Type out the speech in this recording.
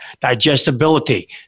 Digestibility